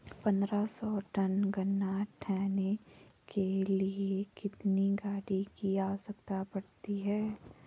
पन्द्रह सौ टन गन्ना ढोने के लिए कितनी गाड़ी की आवश्यकता पड़ती है?